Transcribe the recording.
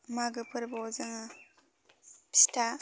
मागो फोरबोआव जोङो फिथा